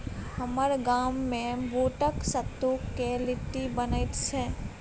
हमर गाममे बूटक सत्तुक लिट्टी बनैत छै